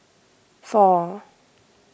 four